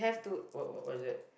what what what is that